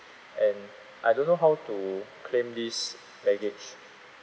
and I don't know how to claim this baggage